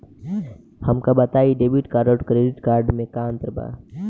हमका बताई debit card और क्रेडिट कार्ड में का अंतर बा?